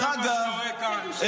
דרך אגב,